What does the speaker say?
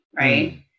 right